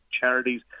charities